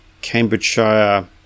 Cambridgeshire